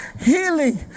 healing